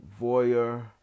voyeur